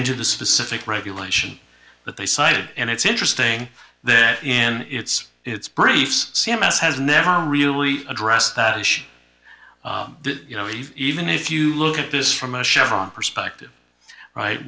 into the specific regulation that they cited and it's interesting that in its it's briefs c m s has never really addressed that issue you know even if you look at this from a chevron perspective right